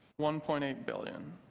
one point eight billion,